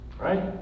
Right